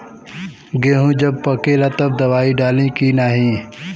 गेहूँ जब पकेला तब दवाई डाली की नाही?